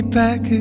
back